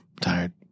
tired